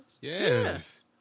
Yes